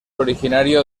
originario